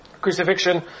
Crucifixion